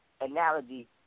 analogy